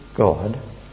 God